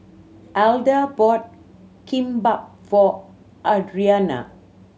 Alda bought Kimbap for Adrianna